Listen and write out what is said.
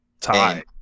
tie